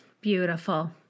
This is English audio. Beautiful